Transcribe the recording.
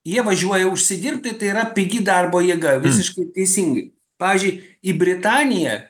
jie važiuoja užsidirbt tai tai yra pigi darbo jėga visiškai teisingai pavyzdžiui į britaniją